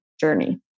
journey